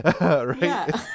Right